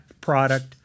product